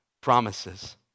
promises